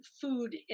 food